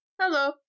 Hello